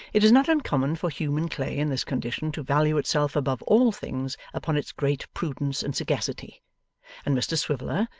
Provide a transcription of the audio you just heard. it is not uncommon for human clay in this condition to value itself above all things upon its great prudence and sagacity and mr swiveller,